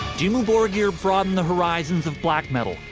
dimmu borgir broadened the horizons of black metal,